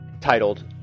titled